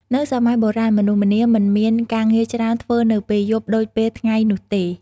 នៅសម័យបុរាណ មនុស្សម្នាមិនមានការងារច្រើនធ្វើនៅពេលយប់ដូចពេលថ្ងៃនោះទេ ។